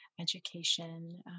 education